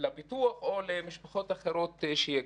לפיתוח או למשפחות אחרות שיגיעו.